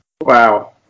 Wow